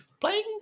playing